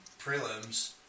prelims